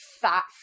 fat